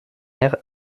air